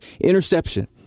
interception